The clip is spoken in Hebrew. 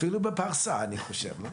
אפילו בפרהסיה אני חושב.